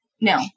no